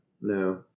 No